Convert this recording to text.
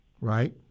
right